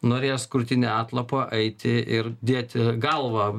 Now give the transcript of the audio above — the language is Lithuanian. norės krūtine atlapa eiti ir dėti galvą